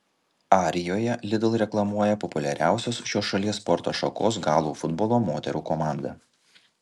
arijoje lidl reklamuoja populiariausios šios šalies sporto šakos galų futbolo moterų komanda